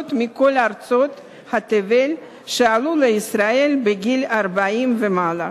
מכל ארצות תבל שעלו לישראל בגיל 40 ומעלה.